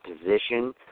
position